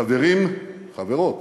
חברים, חברות,